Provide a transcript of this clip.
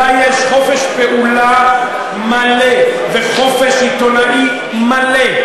אלא יש חופש פעולה מלא וחופש עיתונאי מלא.